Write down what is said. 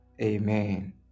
Amen